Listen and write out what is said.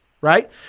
right